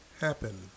happen